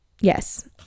yes